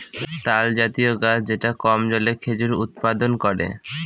তালজাতীয় গাছ যেটা কম জলে খেজুর উৎপাদন করে